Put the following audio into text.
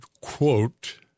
quote